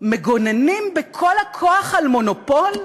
מגוננים בכל הכוח על מונופול?